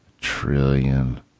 trillion